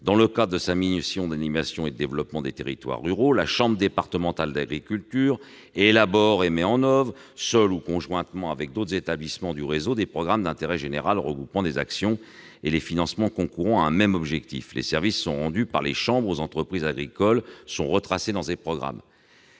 Dans le cadre de sa mission d'animation et de développement des territoires ruraux, la chambre départementale d'agriculture élabore et met en oeuvre, seule ou conjointement avec d'autres établissements du réseau, des programmes d'intérêt général regroupant les actions et les financements concourant à un même objectif. Les services rendus par la chambre aux entreprises agricoles sont retracés dans ces programmes.